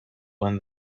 when